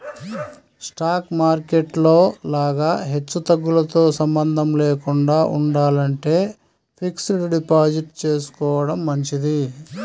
stock market లో లాగా హెచ్చుతగ్గులతో సంబంధం లేకుండా ఉండాలంటే ఫిక్స్డ్ డిపాజిట్ చేసుకోడం మంచిది